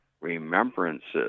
remembrances